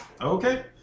Okay